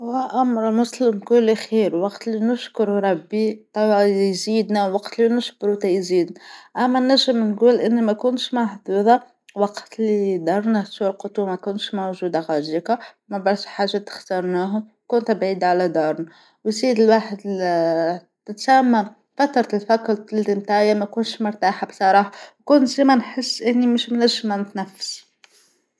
وأمر مسلم كل خير وقت اللي نشكروا ربي يزيدنا وقت اللى نشكروا تيزيدنا، أما نجم نقول إني ما كنتش محظوظة وقت اللي دارنا سورقت وما كانتش موجودة خارجيكا ما باش حاجة تختارناهم كنت بعيدة على دارنا ونسيد الواحد لنتسامم فترة الفاكلتى بتاعى ماكنتش مرتاحة بصراحة ماكنتش ديما نحس إني مشناش ما نتنفس.